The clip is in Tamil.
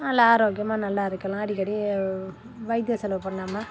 நல்லா ஆரோக்கியமாக நல்லா இருக்கலாம் அடிக்கடி வைத்திய செலவு பண்ணாமல்